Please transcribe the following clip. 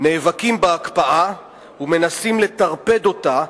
נאבקים בהקפאה ומנסים לטרפד אותה,